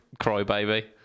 Crybaby